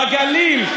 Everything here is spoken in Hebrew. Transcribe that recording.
בגליל,